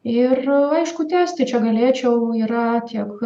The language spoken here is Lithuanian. ir aišku tęsti čia galėčiau yra tiek